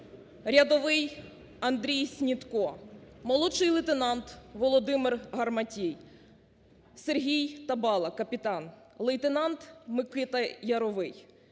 рядовий Андрій Снітко, молодший лейтенант Володимир Гарматій, Сергій Табала (капітан), лейтенант Микита Яровий,